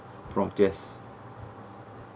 prompt~